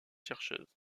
chercheuse